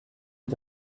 est